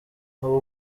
uba